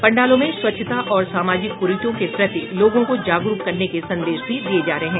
पंडालों में स्वच्छता और सामाजिक कुरीतियों के प्रति लोगों को जागरूक करने के संदेश भी दिये गये हैं